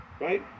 right